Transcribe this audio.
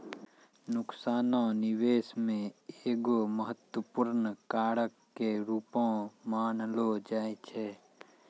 नुकसानो निबेश मे एगो महत्वपूर्ण कारक के रूपो मानलो जाय छै